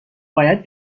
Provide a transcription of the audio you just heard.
باید